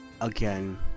Again